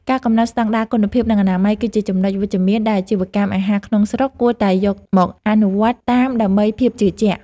ការកំណត់ស្តង់ដារគុណភាពនិងអនាម័យគឺជាចំណុចវិជ្ជមានដែលអាជីវកម្មអាហារក្នុងស្រុកគួរតែយកមកអនុវត្តតាមដើម្បីភាពជឿជាក់។